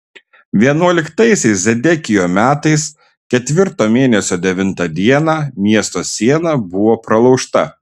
vienuoliktaisiais zedekijo metais ketvirto mėnesio devintą dieną miesto siena buvo pralaužta